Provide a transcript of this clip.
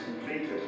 completed